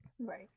Right